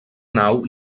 nau